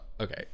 Okay